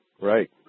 Right